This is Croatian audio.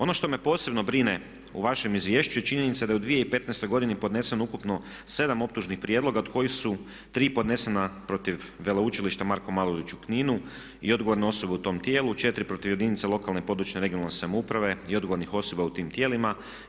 Ono što me posebno brine u vašem izvješću je činjenica da je u 2015. godini podneseno ukupno 7 optužnih prijedloga od kojih su tri podnesena protiv veleučilišta Marko Marulić u Kninu i odgovorne osobe u tom tijelu, četiri protiv jedinice lokalne, područne (regionalne) samouprave i odgovornih osoba u tim tijelima.